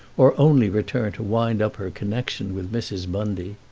or only return to wind up her connection with mrs. bundy.